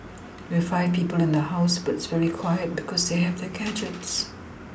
we have five people in the house but it's very quiet because they have their gadgets